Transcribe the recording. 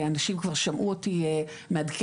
אנשים כבר שמעו אותי מעדכנת,